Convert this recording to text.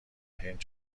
هند